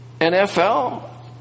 NFL